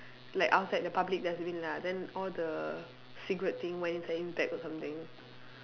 like outside the public dustbin lah then all the cigarette thing went inside his bag or something